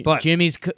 Jimmy's